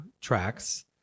tracks